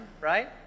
right